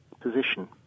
position